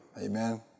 Amen